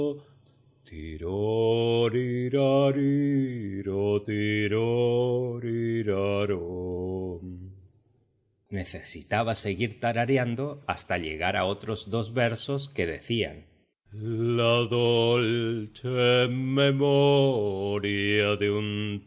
ro necesitaba seguir tarareando hasta llegar a otros dos versos que decían